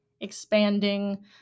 expanding